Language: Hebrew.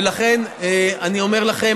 ולכן אני אומר לכם,